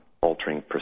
altering